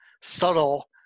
subtle